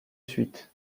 suite